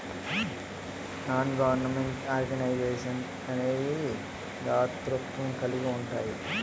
non government organisations అనేవి దాతృత్వం కలిగి ఉంటాయి